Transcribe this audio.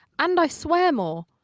and i swear more.